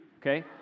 Okay